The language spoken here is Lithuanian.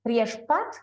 prieš pat